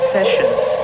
Sessions